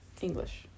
English